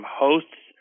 hosts